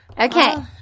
Okay